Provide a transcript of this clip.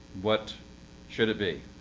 what should it be?